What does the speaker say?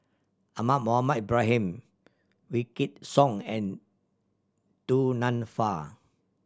Ahmad Mohamed Ibrahim Wykidd Song and Du Nanfa